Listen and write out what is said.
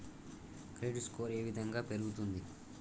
Credit score ఏ విధంగా పెరుగుతుంది?